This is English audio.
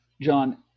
John